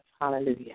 Hallelujah